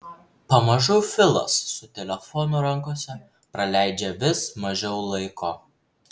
pamažu filas su telefonu rankose praleidžia vis mažiau laiko